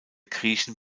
griechen